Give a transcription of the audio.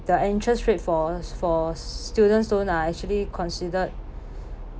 the interest rate for for students loan lah are actually considered